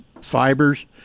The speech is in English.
fibers